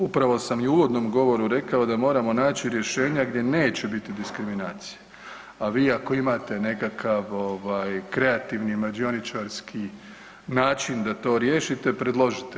Upravo sam i u uvodnom govoru rekao da moramo naći rješenja gdje neće biti diskriminacije, a vi ako imate nekakav ovaj kreativni i mađioničarski način da to riješite predložite.